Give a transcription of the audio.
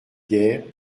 guerre